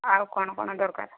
ଆଉ କ'ଣ କ'ଣ ଦରକାର